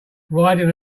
riding